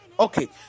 Okay